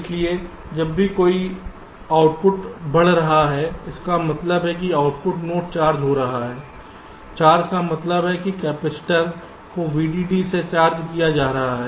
इसलिए जब भी कोई आउटपुट बढ़ रहा है इसका मतलब है कि आउटपुट नोड चार्ज हो रहा है चार्ज का मतलब है कि कैपेसिटर को VDD से चार्ज किया जा रहा है